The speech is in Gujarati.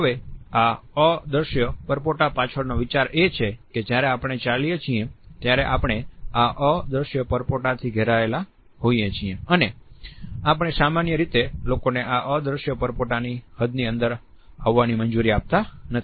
હવે આ અદૃશ્ય પરપોટા પાછળનો વિચાર એ છે કે જ્યારે આપણે ચાલીએ છીએ ત્યારે આપણે આ અદ્રશ્ય પરપોટાથી ઘેરાયેલા હોઈએ છીએ અને આપણે સામાન્ય રીતે લોકોને આ અદૃશ્ય પરપોટાની હદની અંદર આવવાની મંજૂરી આપતા નથી